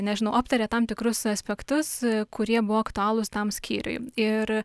nežinau aptaria tam tikrus aspektus kurie buvo aktualūs tam skyriui ir